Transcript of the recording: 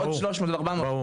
300 או 400. ברור.